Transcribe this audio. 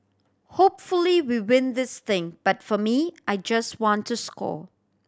hopefully we win this thing but for me I just want to score